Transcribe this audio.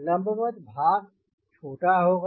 लंबवत भाग छोटा होगा